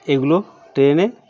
এগুলো ট্রেনে